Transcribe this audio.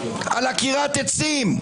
על עקירת עצים,